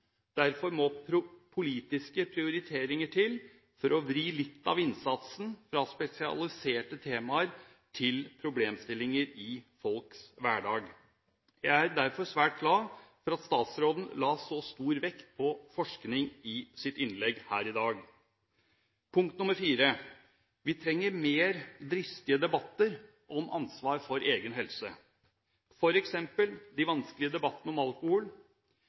Derfor må det politiske prioriteringer til for å vri litt av innsatsen fra spesialiserte temaer til problemstillinger i folks hverdag. Jeg er derfor svært glad for at statsråden la så stor vekt på forskning i sitt innlegg her i dag. Punkt fire: Vi trenger mer dristige debatter om ansvar for egen helse, f.eks. de vanskelige debattene om alkohol.